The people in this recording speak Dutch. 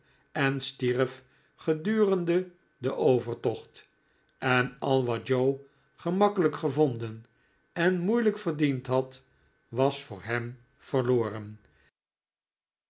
en stierf gedurende den overtocht en al wat joe gemakkelijk gevonden en moeielijk verdiend had was voor hem verloren